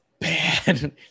bad